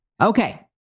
Okay